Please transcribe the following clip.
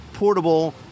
Portable